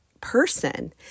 person